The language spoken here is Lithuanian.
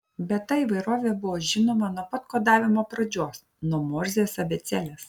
bet ta įvairovė buvo žinoma nuo pat kodavimo pradžios nuo morzės abėcėlės